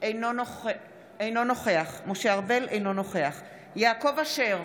אינו נוכח יעקב אשר,